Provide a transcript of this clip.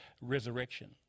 resurrection